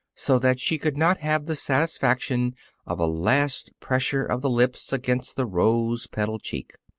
so that she could not have the satisfaction of a last pressure of the lips against the rose-petal cheek.